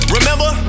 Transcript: Remember